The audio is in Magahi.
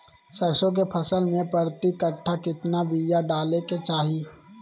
सरसों के फसल में प्रति कट्ठा कितना बिया डाले के चाही?